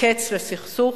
הקץ לסכסוך.